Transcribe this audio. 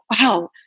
wow